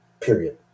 Period